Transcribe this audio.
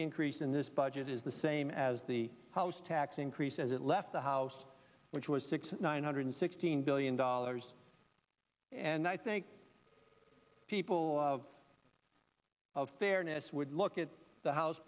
increase in this budget is the same as the house tax increase as it left the house which was six nine hundred sixteen billion dollars and i think people of fairness would look at the house